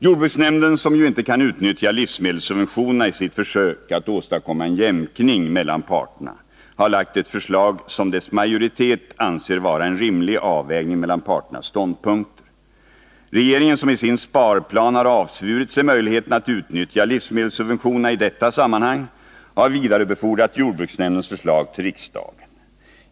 Jordbruksnämnden, som ju inte kan utnyttja livsmedelssubventionerna i sitt försök att åstadkomma en jämkning mellan parterna, har lagt fram ett förslag som dess majoritet anser vara en rimlig avvägning mellan parternas ståndpunkter. Regeringen, som i sin sparplan har avsvurit sig möjligheten att utnyttja livsmedelssubventionerna i detta sammanhang, har vidarebefordrat jordbruksnämndens förslag till riksdagen.